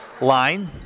line